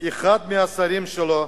אחד מהשרים שלו,